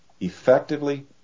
effectively